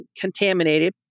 contaminated